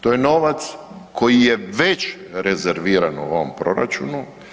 To je novac koji je već rezerviran u ovom proračunu.